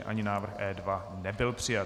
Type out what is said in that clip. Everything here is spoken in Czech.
Ani návrh E2 nebyl přijat.